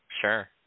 sure